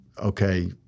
okay